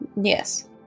Yes